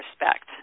respect